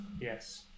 Yes